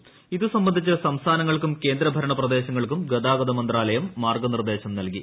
നിതിൻ ഇതു സംബന്ധിച്ച് സംസ്ഥാനങ്ങൾക്കും കേന്ദ്ര ഭരണപ്രദേശങ്ങൾക്കും ഗതാഗതമന്ത്രാലയം മാർഗ നിർദ്ദേശം നൽകി